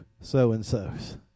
so-and-so's